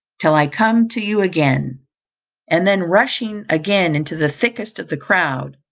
till i come to you again and then rushing again into the thickest of the crowd,